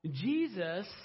Jesus